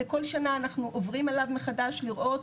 וכל שנה אנחנו עוברים עליו מחדש לראות,